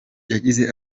yagize